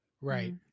Right